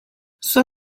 sua